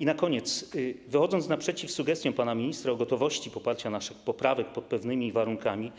I na koniec, wychodząc naprzeciw sugestiom pana ministra co do gotowości poparcia naszych poprawek pod pewnymi warunkami,